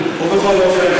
בכל אופן,